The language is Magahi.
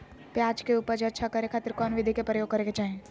प्याज के उपज अच्छा करे खातिर कौन विधि के प्रयोग करे के चाही?